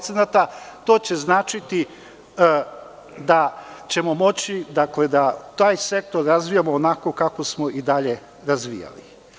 To će značiti da ćemo moći da taj sektor razvijamo onako kako smo i dalje razvijali.